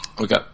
Okay